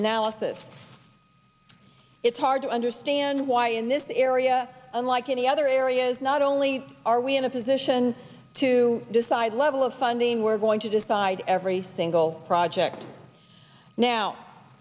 analysis it's hard to understand why in this area unlike any other areas not only are we in a position to decide level of funding we're going to decide every single project now